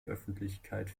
öffentlichkeit